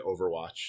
Overwatch